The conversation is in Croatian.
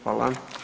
Hvala.